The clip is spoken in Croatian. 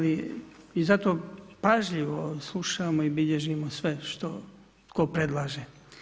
I zato pažljivo slušamo i bilježimo sve tko predlaže.